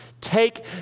Take